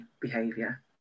behavior